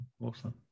Awesome